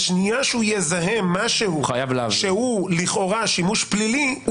בשנייה שהוא יזהה משהו שהוא לכאורה שימוש פלילי,